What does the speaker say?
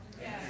Yes